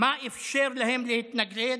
מה אפשר להם להתנגד,